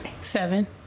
Seven